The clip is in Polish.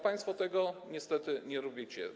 Państwo tego niestety nie robicie.